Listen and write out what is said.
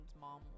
mom